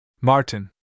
Martin